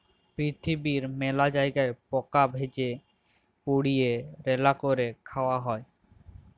পিরথিবীর মেলা জায়গায় পকা ভেজে, পুড়িয়ে, রাল্যা ক্যরে খায়া হ্যয়ে